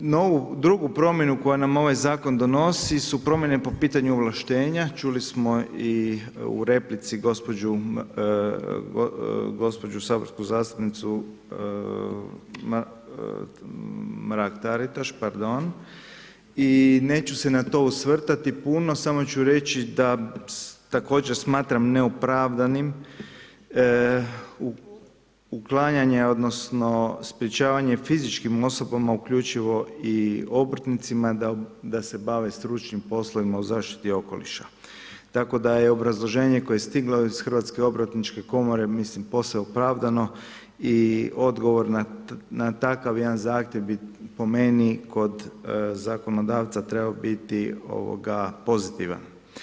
No ovu drugu promjenu koju nam ovaj zakon donosi su promjene po pitanju ovlaštenja, čuli smo i u replici gospođu saborsku zastupnicu Mrak-Taritaš i neću se na to osvrtati puno, samo ću reći da također smatram neopravdanim uklanjanje odnosno sprječavanje fizičkim osobama uključivo i obrtnicima da se bave stručnim poslovima u zaštiti okoliša, tako da je obrazloženje koje je stiglo iz HOK-a mislim posve opravdano i odgovor na takav jedan zahtjev bi po meni kod zakonodavca trebao biti pozitivan.